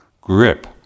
grip